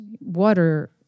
water